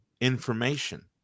information